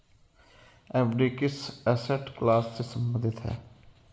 FD किस asset class से संबंधित है?